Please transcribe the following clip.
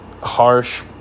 harsh